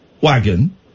wagon